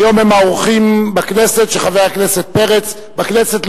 היום הם האורחים של חבר הכנסת פרץ בכנסת.